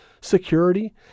security